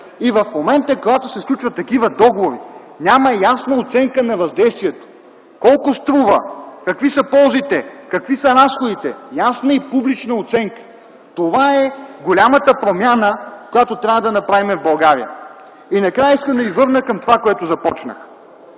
И в момента, когато се сключват такива договори, няма ясна оценка на въздействието колко струва, какви са ползите, какви са разходите – ясна и публична оценка. Това е голямата промяна, която трябва да направим в България. И накрая, искам да Ви върна към онова, от което започнах.